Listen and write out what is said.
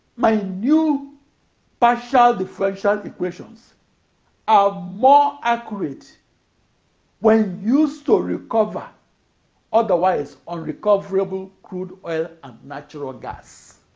my new partial differential equations are more accurate when used to recover otherwise unrecoverable crude oil and natural gas.